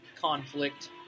conflict